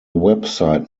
website